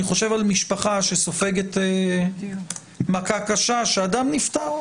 אני חושב על משפחה שסופגת מכה קשה שאדם נפטר.